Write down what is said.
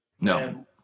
no